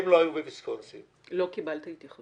הם לא היו בוויסקונסין --- לא קיבלת התייחסות?